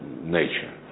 nature